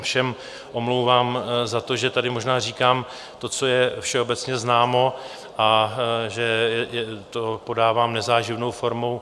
Všem se omlouvám za to, že tady možná říkám to, co je všeobecně známo, a že to podávám nezáživnou formou.